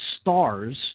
stars